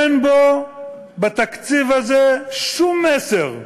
אין בו בתקציב הזה שום מסר.